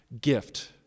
gift